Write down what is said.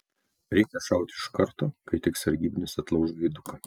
reikia šauti iš karto kai tik sargybinis atlauš gaiduką